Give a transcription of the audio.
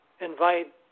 invite